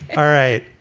all right